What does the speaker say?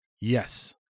Yes